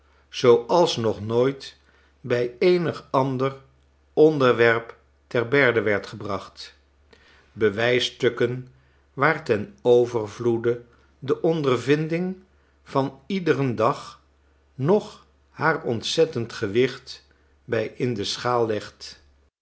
zooals nog nooit bij eenig ander onderwerp te berde werd gebracht bewijsstukken waar ten overvloede deondervinding vaniederen dag nog haar ontzettend gewicht bij in de schaal legt